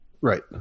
Right